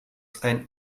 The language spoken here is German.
ein